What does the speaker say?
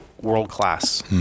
world-class